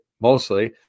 mostly